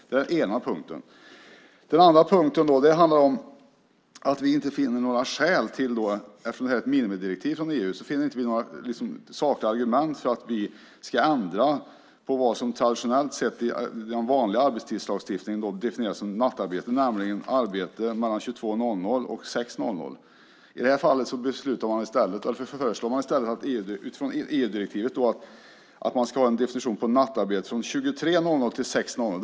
Det är den ena punkten. Den andra punkten är att vi eftersom detta är ett minimidirektiv från EU inte finner några skäl och saknar argument för att vi ska ändra på det som traditionellt sett enligt den vanliga arbetstidslagstiftningen klassificeras som nattarbete, det vill säga arbete mellan 22.00 och 06.00. I det här fallet föreslår man i stället utifrån EU-direktivet att man ska ha en definition på nattarbete som arbete från 23.00 fram till 06.00.